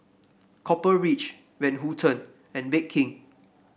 Copper Ridge Van Houten and Bake King